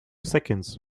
seconds